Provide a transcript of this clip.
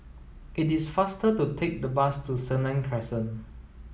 it is faster to take the bus to Senang Crescent